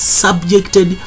subjected